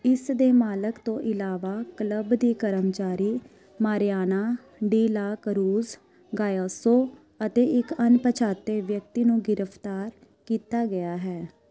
ਇਸ ਦੇ ਮਾਲਕ ਤੋਂ ਇਲਾਵਾ ਕਲੱਬ ਦੇ ਕਰਮਚਾਰੀ Mariana de la Cruz Gayoso ਅਤੇ ਇੱਕ ਅਣਪਛਾਤੇ ਵਿਅਕਤੀ ਨੂੰ ਗ੍ਰਿਫਤਾਰ ਕੀਤਾ ਗਿਆ ਹੈ